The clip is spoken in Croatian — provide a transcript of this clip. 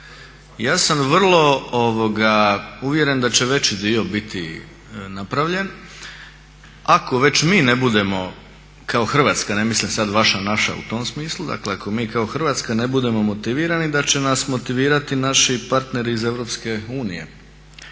Ja sam vrlo uvjeren da će veći dio biti napravljen, ako već mi ne budemo kao Hrvatska, ne mislim sad vaša, naša u tom smislu, dakle ako mi kao Hrvatska ne budemo motivirani da će nas motivirati naši partneri iz EU